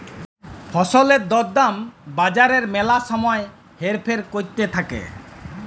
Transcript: ফসলের দর দাম বাজারে ম্যালা সময় হেরফের ক্যরতে থাক্যে